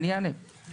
אני אענה.